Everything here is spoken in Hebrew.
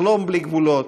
לחלום בלי גבולות,